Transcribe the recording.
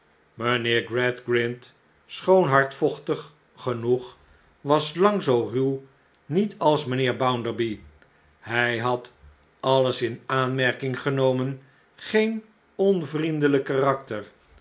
mijnheer gradgrind schoon hardvochtig genoeg was lang zoo ruw niet als mijnheer bounderby hy had alles in aanmerking genomen geen onvriendelijk karakter